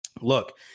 Look